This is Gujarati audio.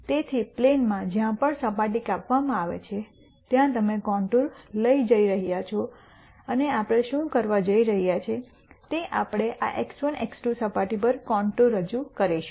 તેથી પ્લેનમાં જ્યાં પણ સપાટી કાપવામાં આવે છે ત્યાં તમે કોન્ટૂર લઈ જઇ રહ્યા છો અને આપણે શું કરવા જઈ રહ્યા છીએ તે આપણે આ x1 x2 સપાટી પર કોન્ટૂર રજૂ કરીશું